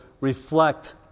reflect